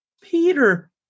peter